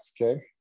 Okay